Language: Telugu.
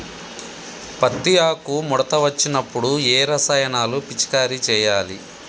పత్తి ఆకు ముడత వచ్చినప్పుడు ఏ రసాయనాలు పిచికారీ చేయాలి?